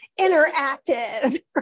Interactive